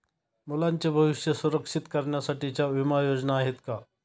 मुलांचे भविष्य सुरक्षित करण्यासाठीच्या विमा योजना आहेत का?